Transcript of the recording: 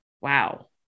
Wow